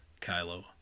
Kylo